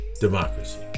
Democracy